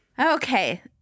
Okay